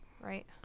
Right